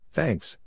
Thanks